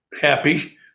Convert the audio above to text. happy